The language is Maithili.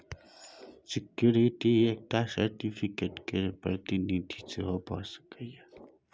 सिक्युरिटी एकटा सर्टिफिकेट केर प्रतिनिधि सेहो भ सकैए